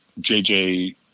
JJ